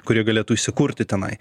kurie galėtų įsikurti tenai